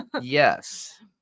Yes